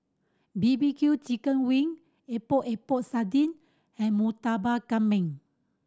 B B Q chicken wing Epok Epok Sardin and Murtabak Kambing